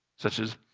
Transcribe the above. such as,